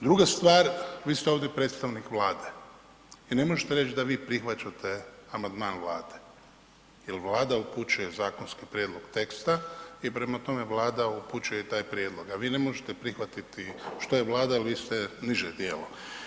Druga stvar, vi ste ovdje predstavnik Vlade i ne možete reći da vi prihvaćate amandman Vlade, jer Vlada upućuje zakonski prijedlog teksta i prema tome Vlada upućuje i taj prijedlog, a vi ne možete prihvatiti što je Vlada jer vi ste niže tijelo.